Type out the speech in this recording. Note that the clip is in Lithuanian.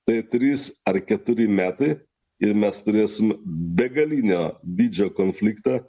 tai trys ar keturi metai ir mes turėsim begalinio dydžio konfliktą